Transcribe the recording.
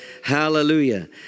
Hallelujah